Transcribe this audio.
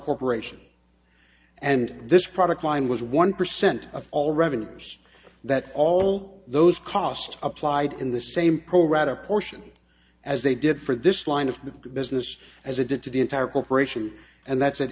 corporation and this product line was one percent of all revenues that all those costs applied in the same pro rata portion as they did for this line of business as it did to the entire corporation and that's an